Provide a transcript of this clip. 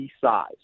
size